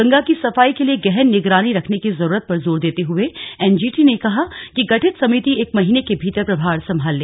गंगा की सफाई के लिए गहन निगरानी रखने की जरूरत पर जोर देते हुए एनजीटी ने कहा कि गठित समिति एक महीने के भीतर प्रभार संभाल ले